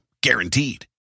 guaranteed